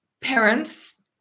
parents